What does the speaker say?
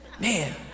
Man